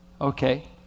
Okay